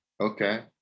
Okay